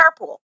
carpool